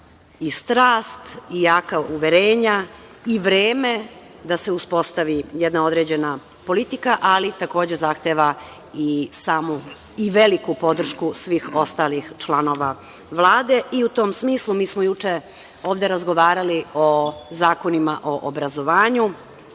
i strast i jaka uverenja i vreme da se uspostavi jedna određena politika, ali takođe, zahteva i samu i veliku podršku svih ostalih članova Vlade.U tom smislu, mi smo juče ovde razgovarali o zakonima o obrazovanju.